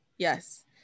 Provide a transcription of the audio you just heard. Yes